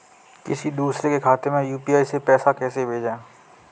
किसी दूसरे के खाते में यू.पी.आई से पैसा कैसे भेजें?